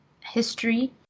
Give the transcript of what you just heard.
history